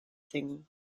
thing